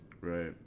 right